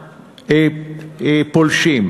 מהפולשים,